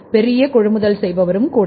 பெரிய கொள்முதல் செய்பவரும் கூட